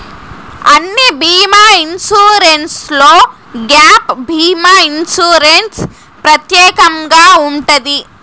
అన్ని బీమా ఇన్సూరెన్స్లో గ్యాప్ భీమా ఇన్సూరెన్స్ ప్రత్యేకంగా ఉంటది